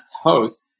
host